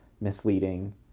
misleading